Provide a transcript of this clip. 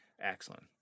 Excellent